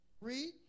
Read